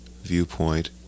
viewpoint